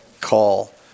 call